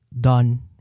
done